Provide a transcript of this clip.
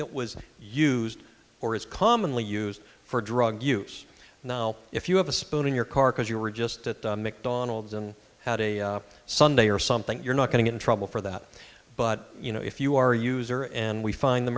that was used or is commonly used for drug use now if you have a spoon in your car because you were just at mcdonald's and had a sunday or something you're not getting in trouble for that but you know if you are a user and we find the